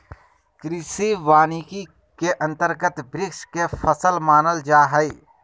कृषि वानिकी के अंतर्गत वृक्ष के फसल मानल जा हइ